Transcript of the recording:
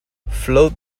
float